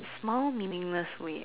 mild meaningless wait